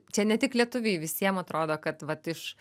čia ne tik lietuviai visiem atrodo kad vat iš